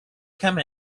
come